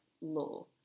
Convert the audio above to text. law